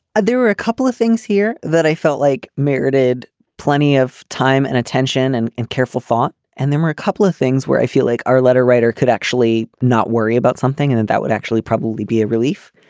ah there were a couple of things here that i felt like merited plenty of time and attention and in careful thought and there were a couple of things where i feel like our letter writer could actually not worry about something and and that would actually probably be a relief.